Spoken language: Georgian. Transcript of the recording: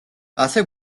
ასე